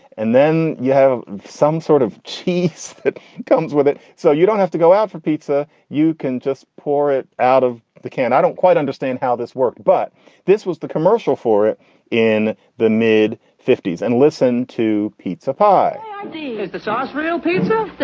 and then you have some sort of cheese that comes with it. so you don't have to go out for pizza. you can just pour it out of the can. i don't quite understand how this worked, but this was the commercial for it in the mid fifty s. and listen to pizza pie this ah is real pizza.